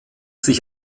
sich